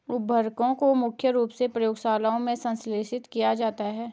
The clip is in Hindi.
उर्वरकों को मुख्य रूप से प्रयोगशालाओं में संश्लेषित किया जाता है